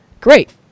great